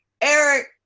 Eric